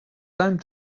time